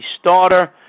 starter